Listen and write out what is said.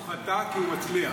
הוא חטא כי הוא מצליח,